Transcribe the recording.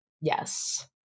Yes